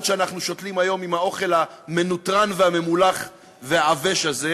שאנחנו שותלים היום עם האוכל המנותרן והממולח והעבש הזה,